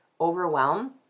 overwhelm